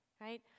right